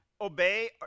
obey